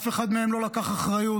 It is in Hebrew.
אף אחד מהם לא לקח אחריות.